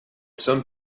some